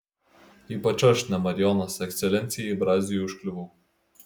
ypač aš ne marijonas ekscelencijai braziui užkliuvau